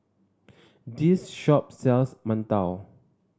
this shop sells mantou